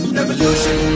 revolution